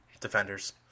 Defenders